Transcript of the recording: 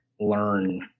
learn